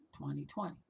2020